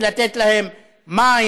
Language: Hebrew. ולתת להם מים,